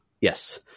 Yes